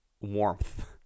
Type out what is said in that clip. warmth